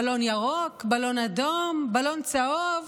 בלון ירוק, בלון אדום, בלון צהוב.